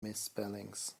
misspellings